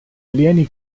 alieni